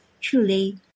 Truly